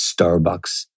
Starbucks